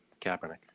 kaepernick